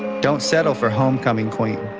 don't settle for homecoming queen,